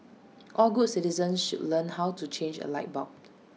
all good citizens should learn how to change A light bulb